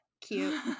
Cute